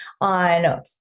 on